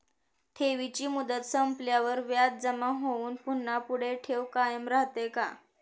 ठेवीची मुदत संपल्यावर व्याज जमा होऊन पुन्हा पुढे ठेव कायम राहते का?